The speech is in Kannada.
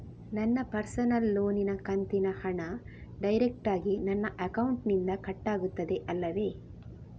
ನನ್ನ ಪರ್ಸನಲ್ ಲೋನಿನ ಕಂತಿನ ಹಣ ಡೈರೆಕ್ಟಾಗಿ ನನ್ನ ಅಕೌಂಟಿನಿಂದ ಕಟ್ಟಾಗುತ್ತದೆ ಅಲ್ಲವೆ?